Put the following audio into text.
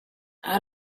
out